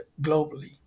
globally